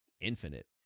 infinite